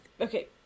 okay